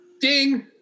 Ding